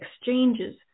exchanges